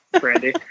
brandy